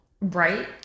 Right